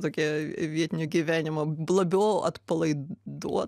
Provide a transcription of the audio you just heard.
tokie vietinio gyvenimo labiau atpalaiduot